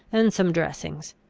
and some dressings.